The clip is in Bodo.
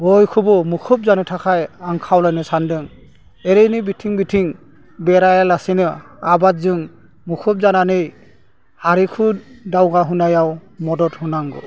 बयखौबो मुखुब जानो थाखाय आं खावलायनो सानदों ओरैनो बिथिं बिथिं बेरायालासिनो आबादजों मुखुब जानानै हारिखौ दावगाहोनायाव मदद होनांगौ